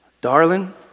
darling